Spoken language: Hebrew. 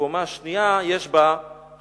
הקומה השנייה, יש בה חלון.